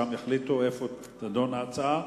שם יחליטו איפה יידונו ההצעות.